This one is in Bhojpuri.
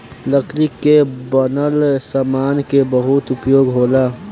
लकड़ी के बनल सामान के बहुते उपयोग होला